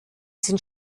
sind